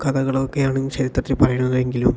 കഥകൾ ഒക്കെയാണ് ചരിത്രത്തിൽ പറയുന്നതെങ്കിലും